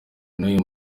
n’uyu